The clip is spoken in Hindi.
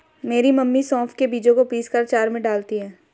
मेरी मम्मी सौंफ के बीजों को पीसकर अचार में डालती हैं